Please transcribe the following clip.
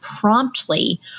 promptly